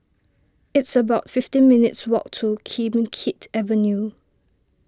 it's about fifteen minutes' walk to Kim Keat Avenue